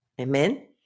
Amen